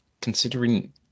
Considering